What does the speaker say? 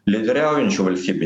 lyderiaujančių valstybinių